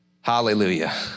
Hallelujah